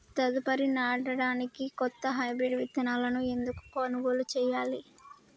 తదుపరి నాడనికి కొత్త హైబ్రిడ్ విత్తనాలను ఎందుకు కొనుగోలు చెయ్యాలి?